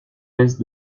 laisse